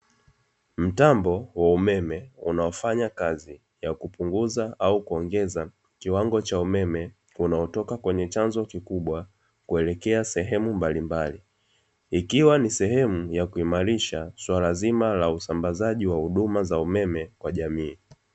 Mtambo wa umeme unaofanya kazi ya kazi ya kupunguza au kuongeza kiwango cha umeme unaotoka kwenye chanzo kikubwa, kuelekea sehemu mbalimbalii, ikiwa ni sehemu ya kuimarish suala zima la usambazaji wa umeme kwa jamii.